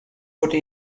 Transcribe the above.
wurde